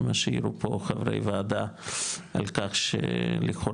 זה מה שהערו פה חברי הוועדה על כך שלכאורה,